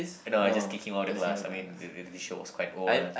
oh no just kicking him out of the class I mean the the teacher was quite old